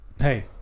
hey